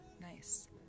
Nice